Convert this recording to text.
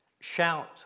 shout